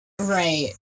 right